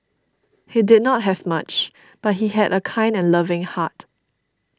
he did not have much but he had a kind and loving heart